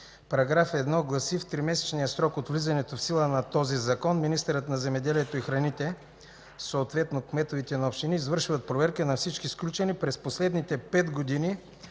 Параграф 1 гласи: „§ 1. (1) В тримесечен срок от влизането в сила на този Закон министърът на земеделието и храните, съответно кметовете на общини, извършват проверка на всички сключени през последните пет години